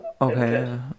okay